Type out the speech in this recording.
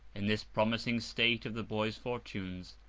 in this promising state of the boy's fortunes,